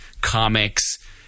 comics